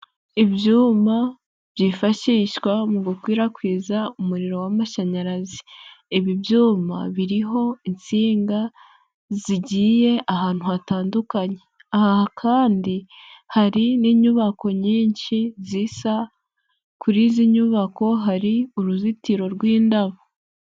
Ibyuma byifashishwa mu gukwirakwiza umuriro w'amashanyarazi, ibi byuma biriho insinga zigiye ahantu hatandukanye, aha kandi hari n'inyubako nyinshi zisa, kuri izi nyubako hari uruzitiro rw'indabo.